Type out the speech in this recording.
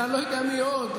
של אני לא יודע מי עוד,